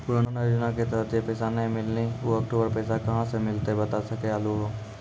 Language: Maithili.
पुराना योजना के तहत जे पैसा नै मिलनी ऊ अक्टूबर पैसा कहां से मिलते बता सके आलू हो?